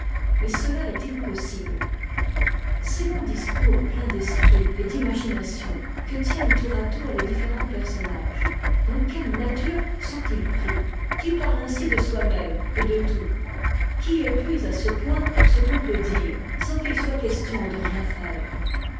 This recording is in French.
mais cela est-il possible ces tongs discours pleins d'esprit et d'imagination que tiennent tour à tour les différents personnages dans quelle nature sont-ils pris qui parle ainsi de soi-même et de tout qui épuise à ce point ce qu'on peut dire sans qu'il soit question de rien faire